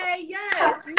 yes